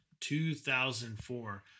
2004